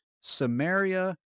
Samaria